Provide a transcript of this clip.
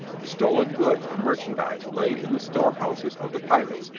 the stolen goods and merchandise lay in the storehouses of the pirates,